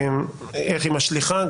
איך היא משליכה?